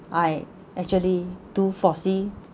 I actually to foresee